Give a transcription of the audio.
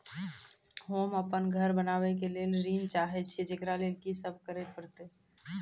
होम अपन घर बनाबै के लेल ऋण चाहे छिये, जेकरा लेल कि सब करें परतै?